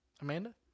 Amanda